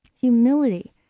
humility